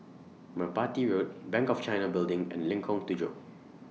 Merpati Road Bank of China Building and Lengkong Tujuh